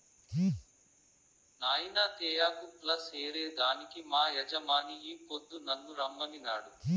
నాయినా తేయాకు ప్లస్ ఏరే దానికి మా యజమాని ఈ పొద్దు నన్ను రమ్మనినాడు